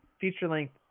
feature-length